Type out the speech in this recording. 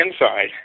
inside